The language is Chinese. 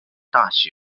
大学